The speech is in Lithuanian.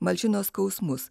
malšino skausmus